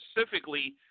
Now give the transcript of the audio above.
Specifically